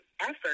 effort